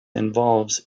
involves